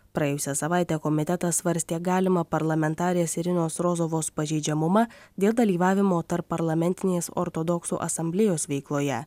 praėjusią savaitę komitetas svarstė galimą parlamentarės irinos rozovos pažeidžiamumą dėl dalyvavimo tarpparlamentinės ortodoksų asamblėjos veikloje